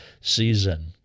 season